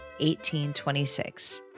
1826